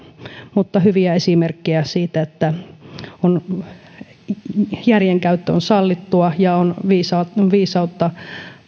mutta hyviä esimerkkejä siitä että järjenkäyttö on sallittua ja on viisautta